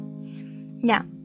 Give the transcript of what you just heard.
Now